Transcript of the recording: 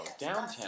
Downtown